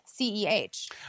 CEH